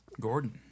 Gordon